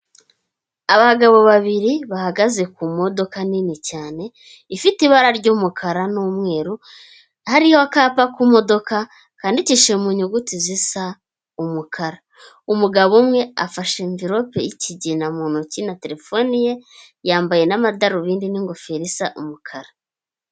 Abagabo babiri bahagaze ku modoka nini cyane ifite ibara ry'umukara n'umweru, hariho akapa ku modoka kandikishije mu nyuguti zisa umukara, umugabo umwe afashe mvilope y'ikigina mu ntoki na terefone ye, yambaye n'amadarubindi n'ingofero isa umukara.